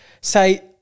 say